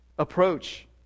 approach